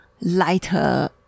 lighter